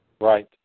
Right